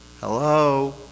Hello